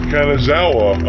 Kanazawa